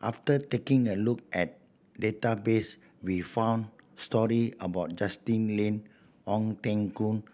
after taking a look at database we found story about Justin Lean Ong Teng Koon